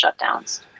shutdowns